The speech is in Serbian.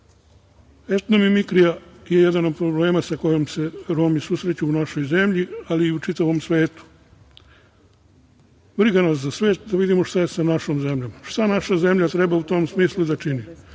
mimikrija je jedan od problema sa kojim se Romi susreću u našoj zemlji, ali i u čitavom svetu. Briga nas za sve, da vidimo šta je sa našom zemljom. Šta naša zemlja treba u tom smislu da čini?